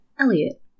Elliot